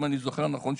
אם אני זוכר נכון,